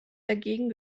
dagegen